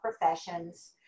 Professions